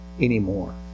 anymore